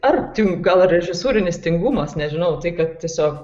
ar tin gal režisūrinis tingumas nežinau tai kad tiesiog